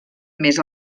més